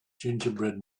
gingerbread